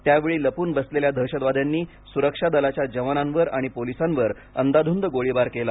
त्यावेळी लपून बसलेल्या दहशतवाद्यांनी सुरक्षा दलाच्या जवानांवर आणि पोलीसांवर अंदाधुंद गोळीबार केला